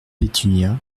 pétunia